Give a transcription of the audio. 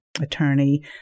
attorney